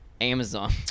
Amazon